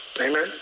Amen